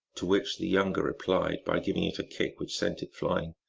to which the younger replied by giving it a kick which sent it flying,